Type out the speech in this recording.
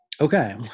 Okay